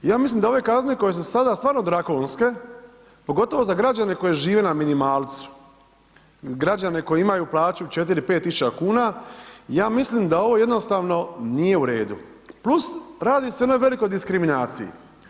Ja mislim da ove kazne koje su sada stvarno drakonske pogotovo za građane koji žive na minimalcu, građane koji imaju plaću 4, 5 tisuća kuna, ja mislim da ovo jednostavno nije u redu, plus radi se o jednoj velikoj diskriminaciji.